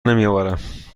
نمیآورم